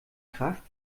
kraft